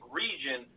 region